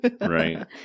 Right